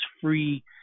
free